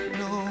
no